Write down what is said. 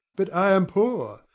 but i am poor.